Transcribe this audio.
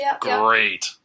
great